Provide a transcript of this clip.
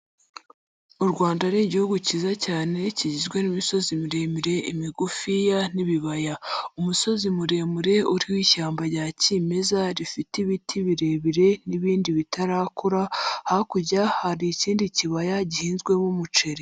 U Rwanda ni igihugu cyiza cyane kigizwe n'imisozi miremire imigufiya n'ibibaya. Umusozi muremure uriho ishyamba rya kimeza rifite ibiti birebire n'ibindi bitarakura hakurya hari ikindi kibaya gihinzwemo umuceri.